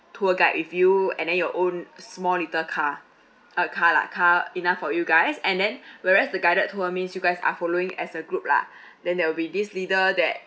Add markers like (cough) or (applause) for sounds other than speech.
tour guide with you and then your own small little car a car lah car enough for you guys and then (breath) whereas the guided tour means you guys are following as a group lah (breath) then there will be this leader that